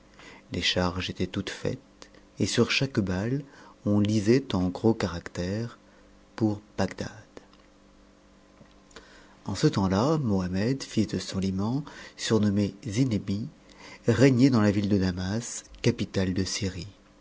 les charges étaient toutes faites et sur chaque balle on lisait en gros caractères pour bagdad en ce temps-là mohammed fils de soliman surnommé zinebi régnait dans la ville de damas capitale de syrie